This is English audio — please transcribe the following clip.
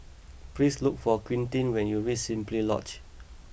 please look for Quintin when you reach Simply Lodge